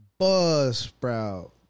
Buzzsprout